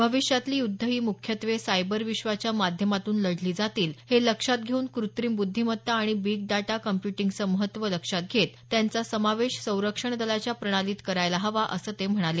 भविष्यातली युद्ध ही मुख्यत्वे सायबर विश्वाच्या माध्यमातून लढली जातील हे लक्षात घेऊन कृत्रिम बुद्धीमत्ता आणि बिग डाटा काँम्प्य्टींगचं महत्त्व लक्षात घेत त्यांचा समावेश संरक्षणदलाच्या प्रणालीत करायला हवा असं ते म्हणाले